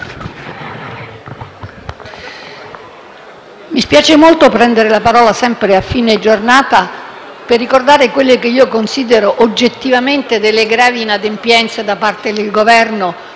mi spiace molto prendere la parola sempre a fine giornata per ricordare quelle che io considero oggettivamente delle gravi inadempienze da parte del Governo,